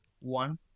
one